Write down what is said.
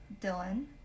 Dylan